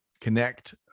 connect